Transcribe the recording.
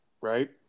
right